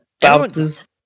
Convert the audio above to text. bounces